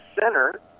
center